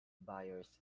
buyers